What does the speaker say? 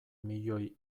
milioi